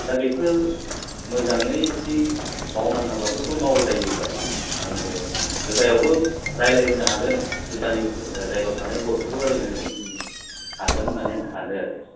दा बेफोर मोजाङै जुदि मावनां हाबाफोरखौ मावलायोबा आङो जुदायावबो रायलायहोनो हागोन जुदानि जायगायाव थानाय बर'फोरखौ रायलायहोनो हागोन होननानै आं सानो आरो